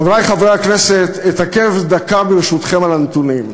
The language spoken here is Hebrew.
חברי חברי הכנסת, אתעכב דקה, ברשותכם, על הנתונים.